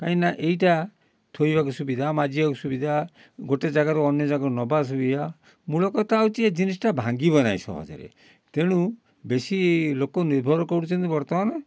କାହିଁକି ନା ଏଇଟା ଥୋଇବାକୁ ସୁବିଧା ମାଜିବାକୁ ସୁବିଧା ଗୋଟେ ଯାଗାକୁ ଅନ୍ୟ ଯାଗାକୁ ନେବା ସୁବିଧା ମୂଳ କଥା ହେଉଛି ଏ ଜିନିଷଟା ଭାଙ୍ଗିବ ନାହିଁ ସହଜରେ ତେଣୁ ବେଶୀ ଲୋକ ନିର୍ଭର କରୁଛନ୍ତି ବର୍ତ୍ତମାନ